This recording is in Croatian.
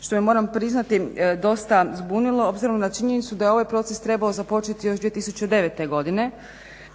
što me moram priznati dosta zbunilo obzirom na činjenicu da je ovaj proces trebao započeti još 2009. godine.